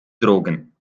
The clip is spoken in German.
drogen